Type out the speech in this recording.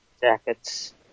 Jackets